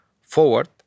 forward